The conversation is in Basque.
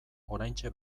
oraintxe